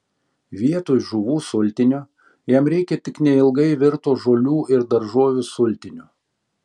vietoj žuvų sultinio jam reikia tik neilgai virto žolių ir daržovių sultinio